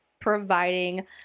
providing